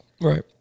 Right